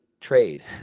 trade